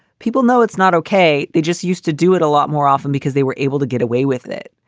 people know it's not ok. they just used to do it a lot more often because they were able to get away with it.